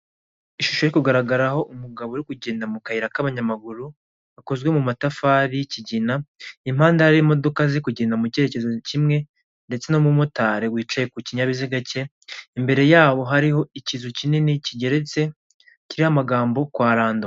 Ishusho iri kugaragaraho umugabo uri kugenda mu kayira k'abanyamaguru gakozwe mu matafari y'ikigina, impande hari imodoka ziri kugenda mu cyerekezo kimwe, ndetse n'umumotari wicaye ku kinyabiziga cye, imbere yabo hariho ikizu kinini kigeretse, kiriho amagambo kwa rando.